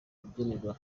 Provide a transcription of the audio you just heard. rubyiniro